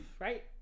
Right